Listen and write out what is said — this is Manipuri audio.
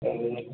ꯑꯗꯨꯅ